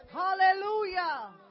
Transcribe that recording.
hallelujah